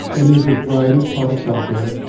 and there's a variety of products out there.